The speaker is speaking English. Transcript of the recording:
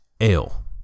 Ale